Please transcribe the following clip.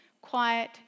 quiet